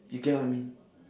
you get what I mean